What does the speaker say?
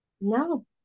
no